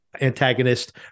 antagonist